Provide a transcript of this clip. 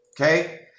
okay